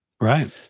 Right